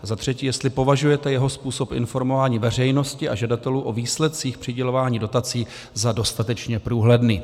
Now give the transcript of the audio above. A za třetí, jestli považujete jeho způsob informování veřejnosti a žadatelů o výsledcích přidělování dotací za dostatečně průhledný.